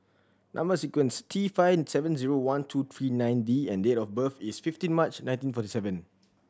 number sequence T five seven zero one two three nine D and date of birth is fifteen March nineteen forty seven